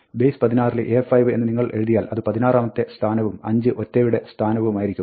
base 16 ൽ "A5" എന്ന് നിങ്ങൾ എഴുതിയാൽ അത് പതിനാറാമത്തെ സ്ഥാനവും 5 ഒറ്റയുടെ സ്ഥാനവുമായിരിക്കും